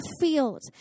field